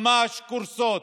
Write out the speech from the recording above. ממש קורסות,